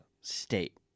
state